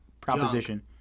proposition